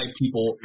people